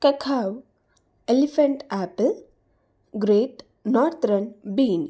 cacao elephant apple great northern beans